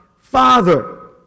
Father